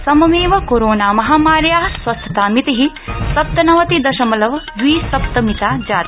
सममेव कोरोनामहामार्या स्वस्थतामिति सप्तनवति दशमलव द्वि सप्त मिता जाता